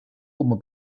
como